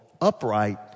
upright